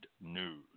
news